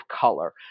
color